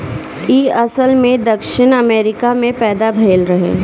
इ असल में दक्षिण अमेरिका में पैदा भइल रहे